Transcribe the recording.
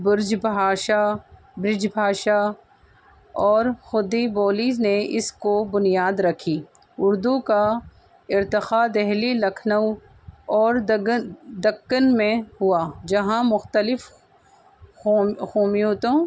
برج بھاشا برج بھاشا اور کھڑی بولی نے اس کو بنیاد رکھی اردو کا ارتقاء دلی لکھنؤ اور دکن دکن میں ہوا جہاں مختلف قوموں